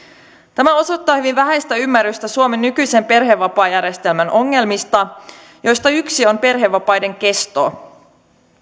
tämä osoittaa hyvin vähäistä ymmärrystä suomen nykyisen perhevapaajärjestelmän ongelmista joista yksi on perhevapaiden kesto